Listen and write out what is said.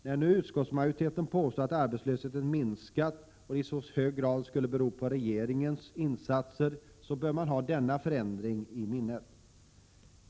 När nu utskottsmajoriteten påstår att arbetslösheten minskat och att det i så hög grad skulle bero på regeringens insatser, bör man ha denna förändring i minnet.